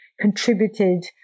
contributed